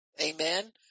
Amen